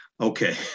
okay